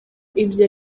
ibyo